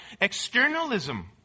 externalism